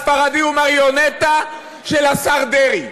הוא מריונטה של השר דרעי.